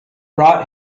brought